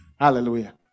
Hallelujah